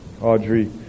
Audrey